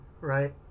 right